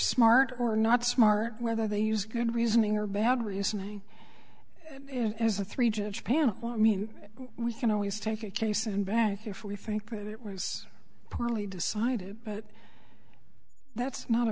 smart or not smart whether they use good reasoning or bad reasoning is a three judge panel i mean we can always take a case in back if we think that it was poorly decided but that's not a